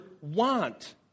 want